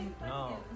No